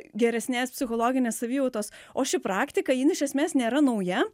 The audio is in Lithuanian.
geresnės psichologinės savijautos o ši praktika jin iš esmės nėra nauja